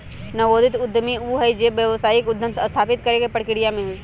नवोदित उद्यमी ऊ हई जो एक व्यावसायिक उद्यम स्थापित करे के प्रक्रिया में हई